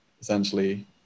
essentially